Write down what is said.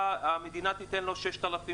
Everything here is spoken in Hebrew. המדינה תיתן לו 6,000,